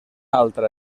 altra